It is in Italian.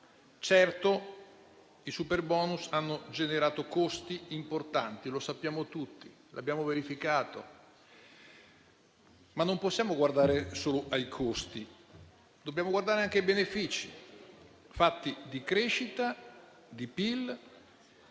Certo i superbonus hanno generato costi importanti, come sappiamo tutti per averlo verificato; tuttavia non possiamo guardare solo ai costi, dobbiamo considerare anche i benefici, fatti di crescita di PIL